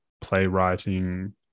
playwriting